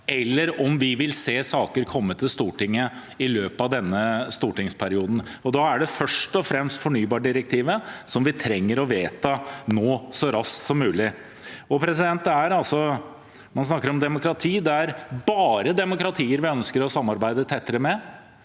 eller om vi vil se saker komme til Stortinget i løpet av denne stortingsperioden. Da er det først og fremst fornybardirektivet vi trenger å vedta så raskt som mulig. Man snakker om demokrati. Det er bare demokratier vi ønsker å samarbeide tettere med,